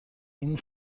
این